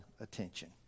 attention